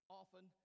often